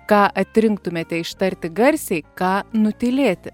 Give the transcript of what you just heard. ką atrinktumėte ištarti garsiai ką nutylėti